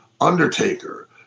Undertaker